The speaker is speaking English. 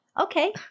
Okay